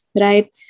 right